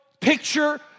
picture